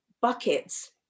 buckets